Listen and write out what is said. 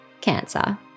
Cancer